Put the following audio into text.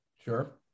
Sure